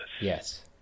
Yes